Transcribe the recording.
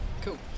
Cool